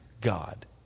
God